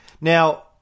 Now